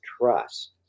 trust